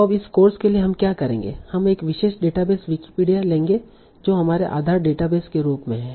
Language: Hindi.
तो अब इस कोर्स के लिए हम क्या करेंगे हम एक विशेष डेटाबेस विकिपीडिया लेंगे जो हमारे आधार डेटाबेस के रूप में है